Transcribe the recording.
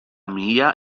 mihia